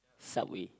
Subway